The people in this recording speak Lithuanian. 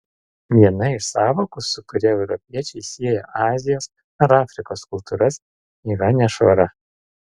viena iš sąvokų su kuria europiečiai sieja azijos ar afrikos kultūras yra nešvara